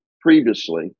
previously